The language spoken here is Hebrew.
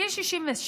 גיל 67